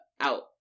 out